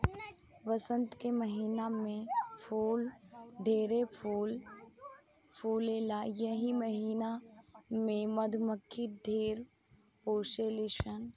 वसंत के महिना में फूल ढेरे फूल फुलाला एही महिना में मधुमक्खी ढेर पोसली सन